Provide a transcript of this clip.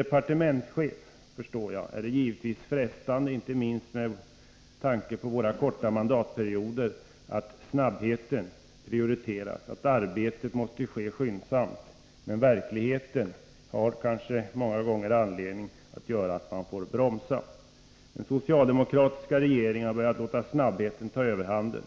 Jag förstår att det är frestande för en departementschef — inte minst med tanke på våra korta mandatperioder — att låta snabbheten prioriteras, att anse att arbetet måste ske skyndsamt. Men verkligheten ger kanske många gånger anledning att bromsa. Den socialdemokratiska regeringen har börjat låta snabbheten ta överhanden.